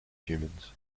humans